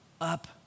up